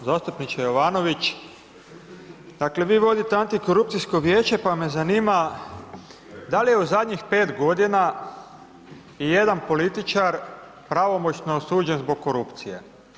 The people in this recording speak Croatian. Zastupniče Jovanović, dakle, vi vodite antikorupcijsko vijeće, pa me zanima da li je u zadnjih 5 godina ijedan političar pravomoćno osuđen zbog korupcije?